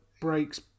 breaks